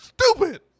stupid